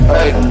Hey